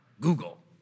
Google